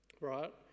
right